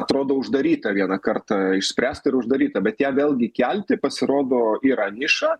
atrodo uždaryta vieną kartą išspręsta ir uždaryta bet ją vėlgi kelti pasirodo yra niša